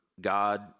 God